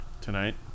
tonight